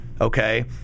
okay